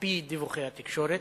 על-פי דיווחי התקשורת.